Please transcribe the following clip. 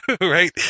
Right